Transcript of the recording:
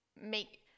make